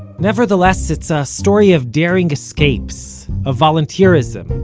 nevertheless, it's a story of daring escapes, of volunteerism,